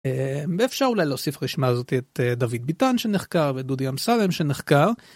אפשר אולי להוסיף לרשימה הזאת את דוד ביטן שנחקר ודודי אמסלם שנחקר,